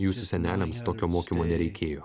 jūsų seneliams tokio mokymo nereikėjo